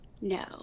no